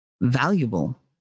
valuable